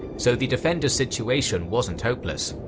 so the defenders' situation wasn't hopeless.